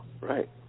Right